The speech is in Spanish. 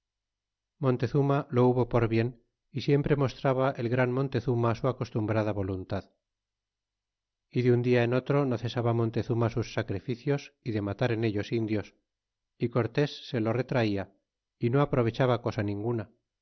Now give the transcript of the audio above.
montezuma lo hubo por bien y siempre mostraba el gran montezuma su acostumbrada voluntad é de un dia en otro no cesaba montezuma sus sacrificios y de matar en ellos indios y cortés se lo re traia y no aprovechaba cosa ninguna